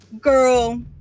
Girl